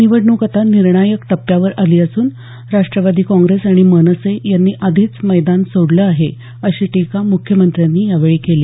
निवडणूक आता निर्णायक टप्प्यावर आली असून राष्ट्रवादी आणि मनसे यांनी आधीच मैदान सोडलं आहे अशी टीका मुख्यमंत्र्यांनी यावेळी केली